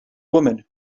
woman